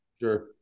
Sure